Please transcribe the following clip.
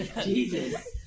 Jesus